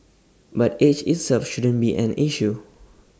but age itself shouldn't be an issue